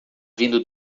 vindo